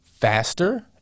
faster